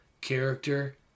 Character